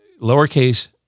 lowercase